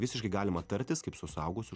visiškai galima tartis kaip su suaugusiu